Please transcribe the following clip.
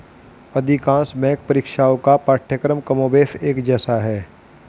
अधिकांश बैंक परीक्षाओं का पाठ्यक्रम कमोबेश एक जैसा है